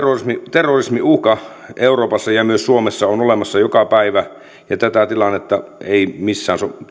terrorismiuhka euroopassa ja myös suomessa on olemassa joka päivä ja tätä tilannetta ei missään